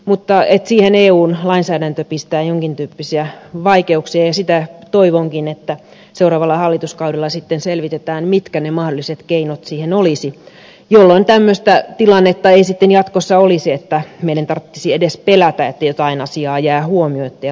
mutta siihen eun lainsäädäntö tuo jonkin tyyppisiä vaikeuksia ja toivonkin että seuraavalla hallituskaudella sitten selvitetään mitkä ne mahdolliset keinot siihen olisivat jolloin tämmöistä tilannetta ei jatkossa olisi että meidän tarvitsisi edes pelätä että jokin asia jää huomiotta ja hoitamatta